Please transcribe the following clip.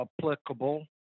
applicable